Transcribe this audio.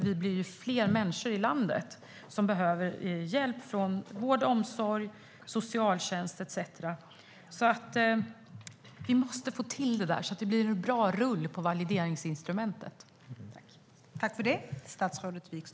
Vi blir också fler människor i landet som behöver vård, omsorg, socialtjänst etcetera. Vi måste få till detta så att det blir bra rull på valideringsinstrumentet.